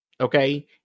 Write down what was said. okay